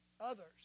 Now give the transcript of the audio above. others